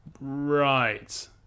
Right